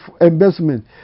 embezzlement